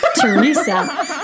Teresa